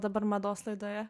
dabar mados laidoje